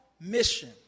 mission